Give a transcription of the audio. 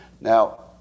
Now